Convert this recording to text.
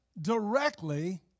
directly